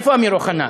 איפה אמיר אוחנה?